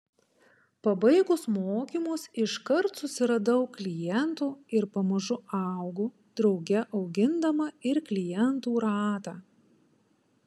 pabaigus mokymus iškart susiradau klientų ir pamažu augu drauge augindama ir klientų ratą